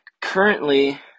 currently